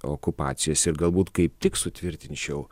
okupacijos ir galbūt kaip tik sutvirtinčiau